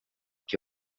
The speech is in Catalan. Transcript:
que